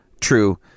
true